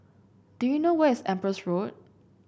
do you know where is Empress Road